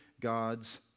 God's